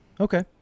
Okay